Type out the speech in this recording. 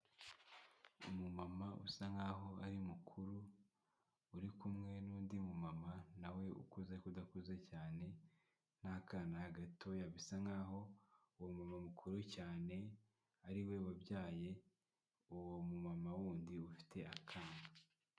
Umumama usa nk'aho ari mukuru uri kumwe n'undi mumama nawe ukuze ariko udakuze cyane n'akana gatoya bisa nkaho uwo muntu mukuru cyane ariwe wabyaye uwo mama wundi ufite akana.